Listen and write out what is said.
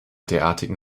derartigen